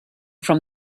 from